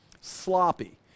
sloppy